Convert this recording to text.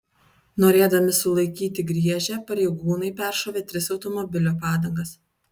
norėdami sulaikyti griežę pareigūnai peršovė tris automobilio padangas